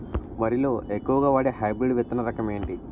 వరి లో ఎక్కువుగా వాడే హైబ్రిడ్ విత్తన రకం ఏంటి?